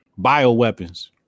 Bioweapons